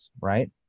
right